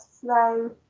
slow